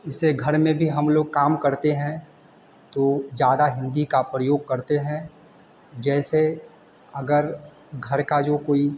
इसे घर में भी हम लोग काम करते हैं तो ज़्यादा हिंदी का प्रयोग करते हैं जैसे अगर घर का जो कोई